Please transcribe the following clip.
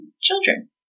children